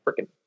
freaking